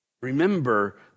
Remember